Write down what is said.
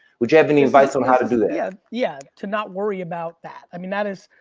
would you have any advice on how to do that? yeah, yeah, to not worry about that. i mean, that is